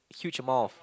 huge amount of